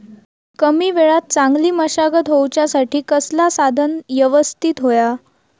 कमी वेळात चांगली मशागत होऊच्यासाठी कसला साधन यवस्तित होया?